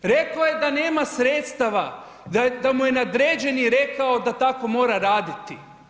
Rekao je da nema sredstava, da mu je nadređeni rekao da tako mora raditi.